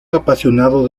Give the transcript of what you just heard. apasionado